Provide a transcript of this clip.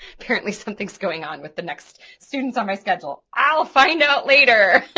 apparently something's going on with the next students on my schedule. i'll find out later!